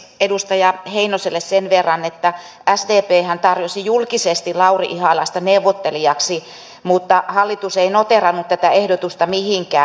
edustaja heinoselle sen verran että sdphän tarjosi julkisesti lauri ihalaista neuvottelijaksi mutta hallitus ei noteerannut tätä ehdotusta mihinkään